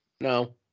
No